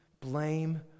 blame